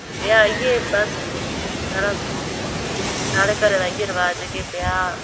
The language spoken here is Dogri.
ब्याह् इ'यै बस सारा साढ़े घरै दा इ'यै रवाज़ ऐ की ब्याह्